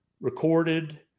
recorded